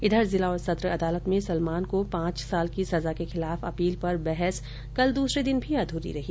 इधर जिला और सत्र अदालत में सलमान को पांच साल की सजा के खिलाफ अपील पर बहस कल दूसरे दिन भी अधूरी रही